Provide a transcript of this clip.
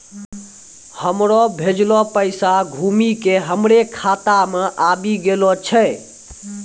हमरो भेजलो पैसा घुमि के हमरे खाता मे आबि गेलो छै